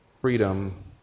freedom